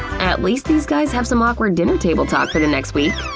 at least these guys have some awkward dinner table talk for the next week!